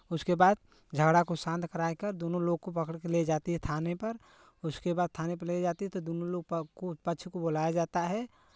उसके बाद झगड़ा को शांत करा कर दोनों लोग को पकड़ के ले जाती है थाने पर उसके बाद थाने पर ले जाती है तो दोनो लोग को पक्ष को बुलाया जाता है